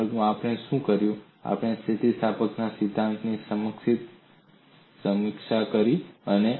તેથી આ વર્ગમાં આપણે શું કર્યું છે આપણે સ્થિતિસ્થાપકતાના સિદ્ધાંતની સંક્ષિપ્ત સમીક્ષા કરી છે